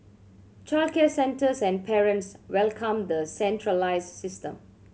childcare centres and parents welcomed the centralised system